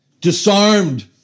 Disarmed